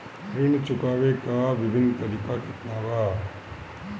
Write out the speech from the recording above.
ऋण चुकावे के विभिन्न तरीका केतना बा?